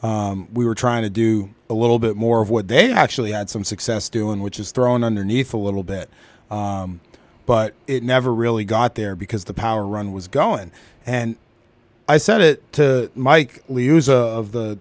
we were trying to do a little bit more of what they actually had some success doing which is thrown underneath a little bit but it never really got there because the power run was going and i said it to mike lee use of the